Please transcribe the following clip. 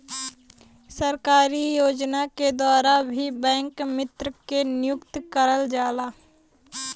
सरकारी योजना के द्वारा भी बैंक मित्र के नियुक्ति करल जाला